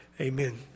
Amen